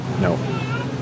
No